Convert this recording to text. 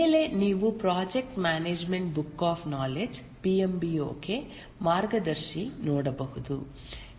ಮೇಲೆ ನೀವು project management book of knowledge PM B OK ಮಾರ್ಗದರ್ಶಿ ನೋಡಬಹುದು